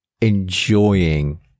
enjoying